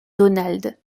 donald